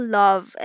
love